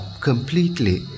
completely